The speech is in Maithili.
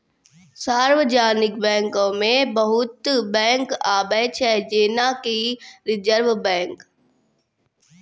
सार्वजानिक बैंको मे बहुते बैंक आबै छै जेना कि रिजर्व बैंक